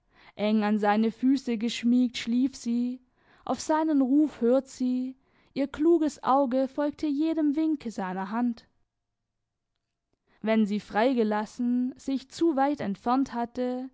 eng an seine füße geschmiegt schlief sie auf seinen ruf hört sie ihr kluges auge folgte jedem wink seiner hand wenn sie freigelassen sich zu weit entfernt hatte